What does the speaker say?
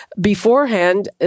beforehand